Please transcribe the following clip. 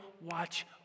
watch